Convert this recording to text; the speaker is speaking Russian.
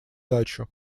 дачу